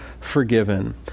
forgiven